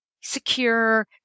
secure